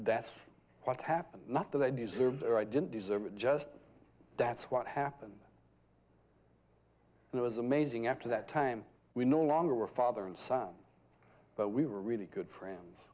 that's what happened not that i deserved or i didn't deserve it just that's what happened and it was amazing after that time we no longer were father and son but we were really good friends